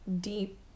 deep